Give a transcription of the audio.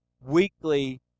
weekly